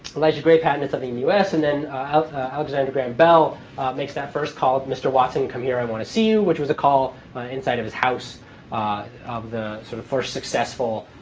elisha gray patented something in the us. and and then alexander graham bell makes that first call, mr. watson, come here i want to see you, which was a call inside of his house of the, sort of, first successful